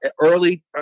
early